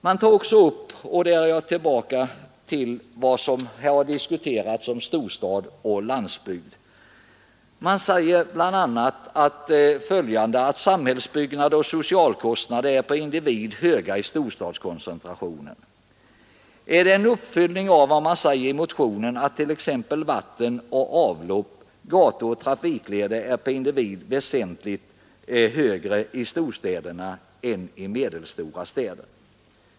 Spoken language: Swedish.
Jag kommer så tillbaka till vad som här har sagts om storstad och landsbygd. Centern hävdar att samhällsbyggnadsoch socialkostnaderna per individ är höga i storstadskoncentrationen. Är det en uppföljning av vad som sägs i motionen om att kostnaderna för vatten och avlopp, gator och trafikleder är per individ väsentligt högre i storstäderna än i medelstora städer?